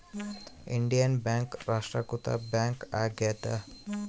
Indian Bank ರಾಷ್ಟ್ರೀಕೃತ bank ಆಗ್ಯಾದ